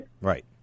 right